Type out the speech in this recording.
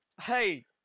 Hey